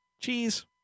cheese